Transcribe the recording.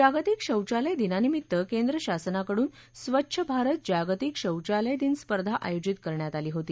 जागतिक शौचालय दिनानिमित्त केंद्र शासनाकडून स्वच्छ भारत जागतिक शौचालय दिन स्पर्धा आयोजित करण्यात आली होती